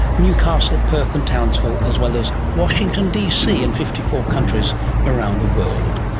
newcastle, perth and townsville, as well as washington dc and fifty four countries around the world.